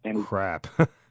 crap